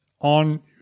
on